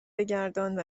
بگردان